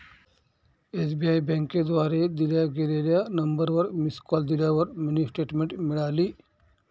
SBI बँकेद्वारे दिल्या गेलेल्या नंबरवर मिस कॉल दिल्यावर मिनी स्टेटमेंट मिळाली